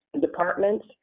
departments